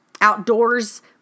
Outdoors